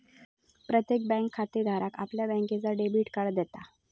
प्रत्येक बँक खातेधाराक आपल्या बँकेचा डेबिट कार्ड देता